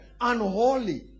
unholy